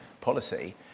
policy